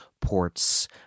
ports